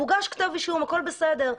מוגש כתב אישום, הכול בסדר.